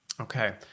okay